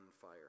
fire